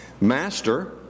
Master